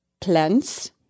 plants